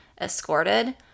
escorted